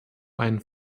einen